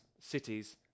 cities